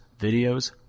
videos